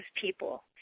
people